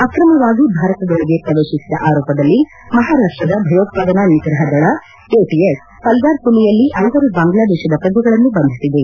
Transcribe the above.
ಅಕ್ರಮವಾಗಿ ಭಾರತದೊಳಗೆ ಪ್ರವೇಶಿಸಿದ ಆರೋಪದಲ್ಲಿ ಮಹಾರಾಷ್ಟದ ಭಯೋತ್ವಾದನಾ ನಿಗ್ರಹ ದಳ ಎಟಿಎಸ್ ಪಲ್ಗಾರ್ ಜಿಲ್ಲೆಯಲ್ಲಿ ಐವರು ಬಾಂಗ್ಲಾದೇಶದ ಪ್ರಜೆಗಳನ್ನು ಬಂಧಿಸಿದೆ